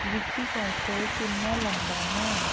ਵਿੱਕੀ ਕੌਸ਼ਲ ਕਿੰਨਾ ਲੰਬਾ ਹੈ